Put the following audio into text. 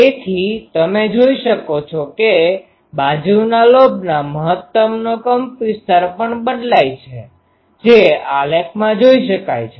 તેથી તમે જોઈ શકો છો કે બાજુના લોબના મહત્તમનો કંપનવિસ્તાર પણ બદલાઈ છે જે આલેખમાં જોઈ શકાય છે